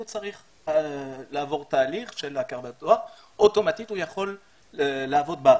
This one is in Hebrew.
לא צריך לעבור תהליך של הכרת התואר ואוטומטית הוא יכול לעבוד בארץ.